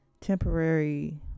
temporary